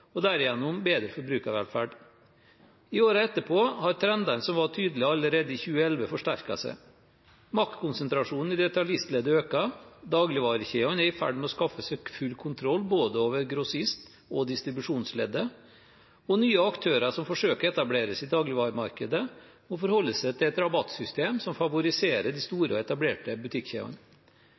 og derigjennom bedre forbrukervelferd. I årene etterpå har trendene som var tydelige allerede i 2011, forsterket seg: Maktkonsentrasjonen i detaljistleddet øker, dagligvarekjedene er i ferd med å skaffe seg full kontroll over både grossistleddet og distribusjonsleddet, og nye aktører som forsøker å etablere seg i dagligvaremarkedet, må forholde seg til et rabattsystem som favoriserer de store og etablerte butikkjedene.